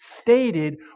stated